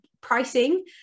pricing